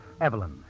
Evelyn